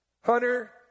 hunter